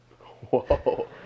Whoa